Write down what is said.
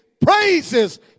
praises